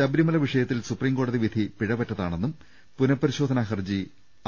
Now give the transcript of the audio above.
ശബരിമല വിഷയത്തിൽ സുപ്രിം കോടതി വിധി പിഴവറ്റതാണെന്നും പുനപരിശോധന ഹർജി